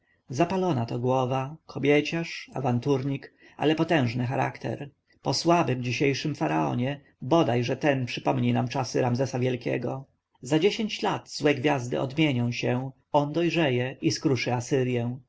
zapalona to głowa kobieciarz awanturnik ale potężny charakter po słabym dzisiejszym faraonie bodaj że ten przypomni nam czasy ramzesa wielkiego za dziesięć lat złe gwiazdy odmienią się on dojrzeje i skruszy